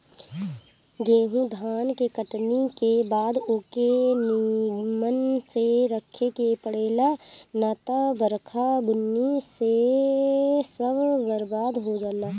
गेंहू धान के कटनी के बाद ओके निमन से रखे के पड़ेला ना त बरखा बुन्नी से सब बरबाद हो जाला